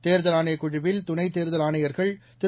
தேர்தல் ஆணையக் குழுவில் துணை தேர்தல் ஆணையர்கள் திரு